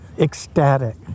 ecstatic